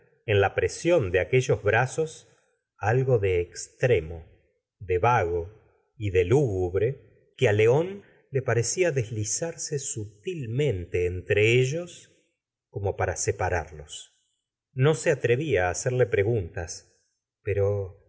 en la presión de aquellos brazos algo de extremo de vago y de lúgubre que á león le parecía deslizarse sutilmente entre ellos como para separarlos no se atrevía á hacerle preguntas pero